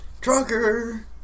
drunker